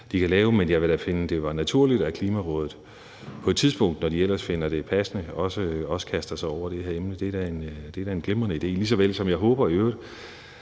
Men jeg ville da finde, at det var naturligt, at Klimarådet på et tidspunkt, når de ellers finder det passende, også kaster sig over det her emne – det er da en glimrende idé – lige så vel som jeg i øvrigt